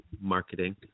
Marketing